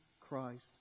Christ